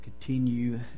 continue